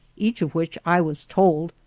each of which, i was told,